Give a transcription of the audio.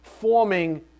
forming